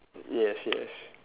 yes yes